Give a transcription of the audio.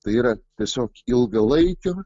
tai yra tiesiog ilgalaikio